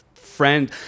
friend